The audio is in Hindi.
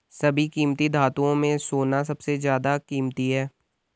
सभी कीमती धातुओं में सोना सबसे ज्यादा कीमती है